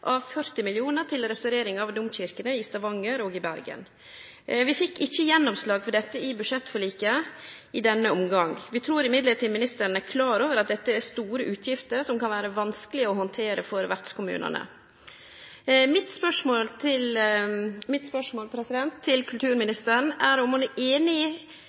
av 40 mill. kr til restaurering av domkyrkjene i Stavanger og i Bergen. Vi fekk ikkje gjennomslag for dette i budsjettforliket i denne omgangen, men vi trur ministeren er klar over at dette er store utgifter som kan vere vanskelege å handtere for vertskommunane. Mitt spørsmål til kulturministeren er om ho er einig i